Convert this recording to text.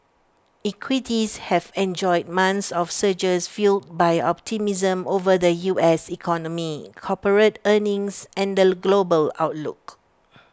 equities have enjoyed months of surges fuelled by optimism over the U S economy corporate earnings and the global outlook